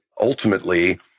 ultimately